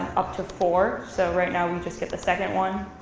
up to four. so right now, you just get the second and one.